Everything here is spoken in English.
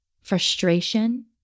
frustration